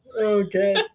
Okay